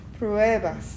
pruebas